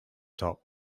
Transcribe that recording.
top